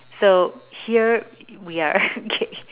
so here we are okay